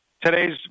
Today's